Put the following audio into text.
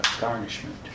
garnishment